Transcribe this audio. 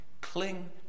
Cling